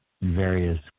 various